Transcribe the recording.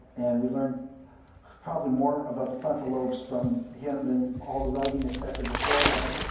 and we learned probably more about the frontal lobes from him than all the writing et cetera before then.